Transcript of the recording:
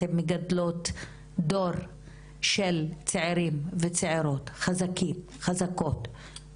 אבל אתן מגדלות דור של צעירים וצעירות חזקים וחזקות,